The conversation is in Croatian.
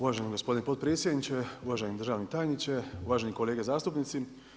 Uvaženi gospodine potpredsjedniče, uvaženi državni tajniče, uvažene kolege zastupnici.